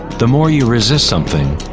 the more you resist something,